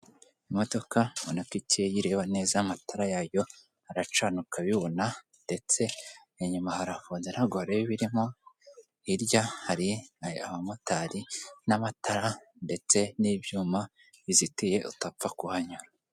Imodoka ubona ko ikeye, ireba neza amatara yaryo aracana ukabibona, ndetse inyuma harafunze ntabwo wareba ibirimo, hirya hari abamotari n'amatara ndetse n'ibyuma bizitiye utapfa kuhanyura.